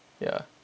yeah